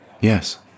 Yes